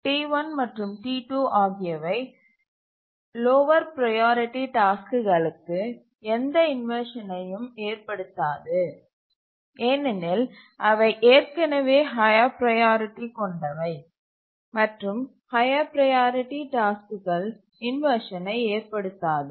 T1 மற்றும் T2 ஆகியவை lower priority டாஸ்க்குகளுக்கு எந்த இன்வர்ஷனையும் ஏற்படுத்தாதுஏனெனில் அவை ஏற்கனவே ஹய்யர் ப்ரையாரிட்டி கொண்டவை மற்றும் ஹய்யர் ப்ரையாரிட்டி டாஸ்க்குகள் இன்வர்ஷனை ஏற்படுத்தாது